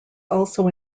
also